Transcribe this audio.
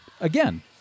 again